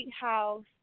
house